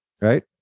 right